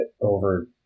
over